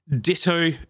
Ditto